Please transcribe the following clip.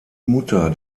mutter